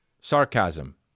Sarcasm